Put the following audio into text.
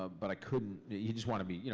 ah but i couldn't. he just wanted me.